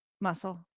muscle